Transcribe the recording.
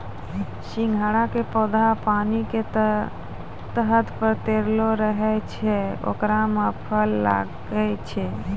सिंघाड़ा के पौधा पानी के सतह पर तैरते रहै छै ओकरे मॅ फल लागै छै